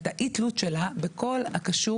את האי-תלות שלה בכל הקשור